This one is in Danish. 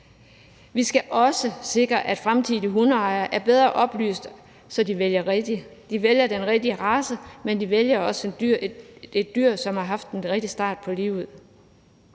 Vi skal også sikre, at fremtidige hundeejere bliver bedre oplyst, så de vælger rigtigt – så de vælger den rigtige race, men også så de vælger et dyr, som har haft den rigtige start på livet.